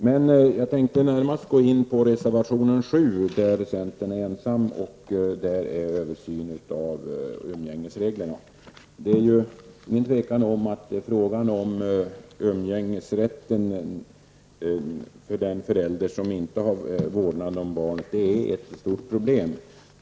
Men jag tänkte närmast gå in på reservation 7 -- där centern är ensam -- om översyn av umgängesreglerna. Det är inget tvivel om att umgängesrätten för den förälder som inte har vårdnaden om barnet är ett stort problem.